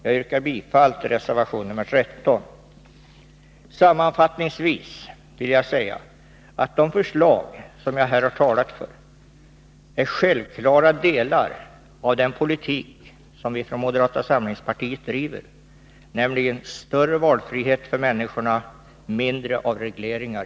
Jag yrkar bifall till reservation 13; Sammanfattningsvis vill jag säga att de förslag som jag här har talat för är självklara delar av den politik som vi från moderata samlingspartiet driver, nämligen större valfrihet för människorna och mindre av regleringar.